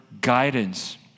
guidance